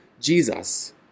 Jesus